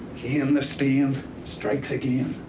um the steam strikes again.